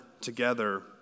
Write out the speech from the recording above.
together